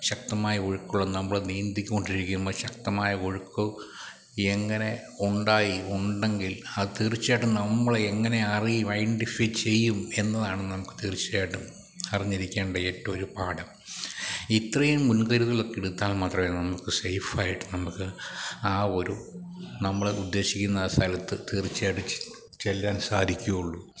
ശക്തമായ ഒഴുക്കുള്ള നമ്മൾ നീന്തിക്കൊണ്ടിരിക്കുമ്പോള് ശക്തമായ ഒഴുക്കോ എങ്ങനെ ഉണ്ടായി ഉണ്ടെങ്കിൽ അത് തീർച്ചയായിട്ടും നമ്മളെങ്ങനെ അറിയും ഐഡൻറ്റിഫൈ ചെയ്യും എന്നതാണ് നമുക്ക് തീർച്ചയായിട്ടും അറിഞ്ഞിരിക്കേണ്ട ഏറ്റവും ഒരു പാഠം ഇത്രയും മുൻകരുതലുകളൊക്കെ എടുത്താൽ മാത്രമേ നമുക്ക് സേഫായിട്ട് നമുക്ക് ആ ഒരു നമ്മളുദ്ദേശിക്കുന്ന സ്ഥലത്ത് തീർച്ചയായിട്ടും ചെ ചെല്ലാൻ സാധിക്കുകയുള്ളൂ